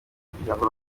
kugirango